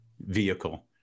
vehicle